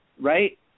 right